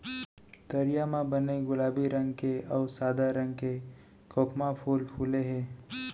तरिया म बने गुलाबी रंग के अउ सादा रंग के खोखमा फूल फूले हे